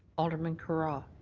alderman carra.